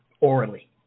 orally